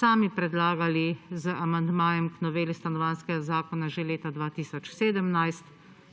sami predlagali z amandmajem k noveli Stanovanjskega zakona že leta 2017.